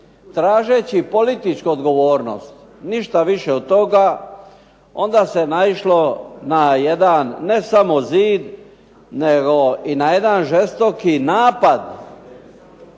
tražeći političku odgovornost ništa više od toga onda se naišlo na jedan ne samo zid, nego i na jedan žestoki napad